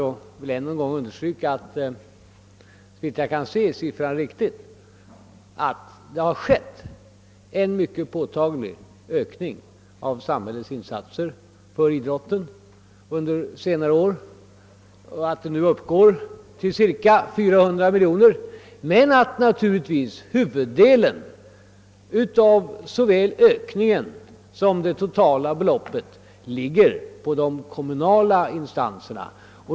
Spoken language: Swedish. Och jag vill än en gång understryka att såvitt jag kan se är de siffror riktiga som visar att det skett en mycket påtaglig ökning av samhällets insatser för idrotten under senare år och att anslagen nu uppgår till cirka 400 miljoner men att naturligtvis huvuddelen av såväl ökningen som det totala beloppet ligger på de kommunala instanserna.